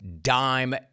dime